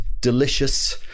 delicious